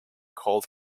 cold